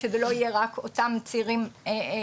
שזה לא יהיה רק אותם צעירים מהמרכז,